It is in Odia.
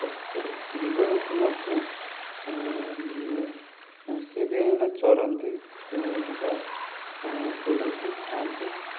ପଶୁ ପ ଜୀବଜନ୍ତୁ ମଧ୍ୟ ସିଏ ବି ଏଇନା ଚରନ୍ତି ବା ବୁଲନ୍ତି ଖାଆନ୍ତି